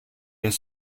has